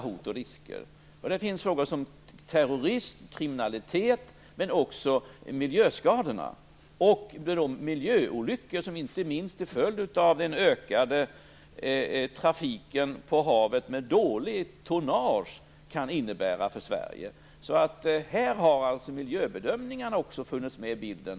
Det finns frågor som handlar om terrorism och kriminalitet men också om miljöskador och miljöolyckor. Dessa är inte minst en följd av den ökade trafiken med dåligt tonnage på havet, och exempel på vad den kan innebära för Sverige. För Gotlands del har alltså miljöbedömningarna också funnits med i bilden.